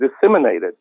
disseminated